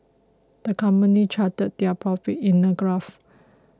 the company charted their profits in a graph